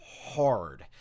hard